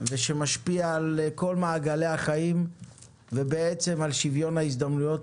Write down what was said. שמשפיע על כל מעגלי החיים ועל שוויון הזדמנויות